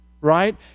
right